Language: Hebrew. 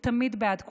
הוא תמיד בעד כולם.